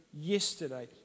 yesterday